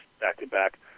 back-to-back